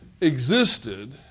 existed